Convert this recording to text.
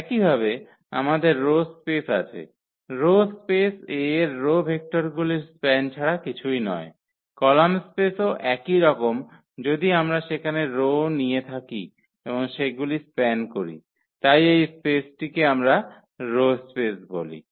একইভাবে আমাদের row space আছে রো স্পেস A এর রো ভেক্টরগুলির স্প্যান ছাড়া কিছুই নয় কলাম স্পেসও একইরকম যদি আমরা সেখানে রো নিয়ে থাকি এবং সেগুলি স্প্যান করি তাই এই স্পেসটিকে আমরা রো স্পেস বলি